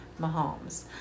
Mahomes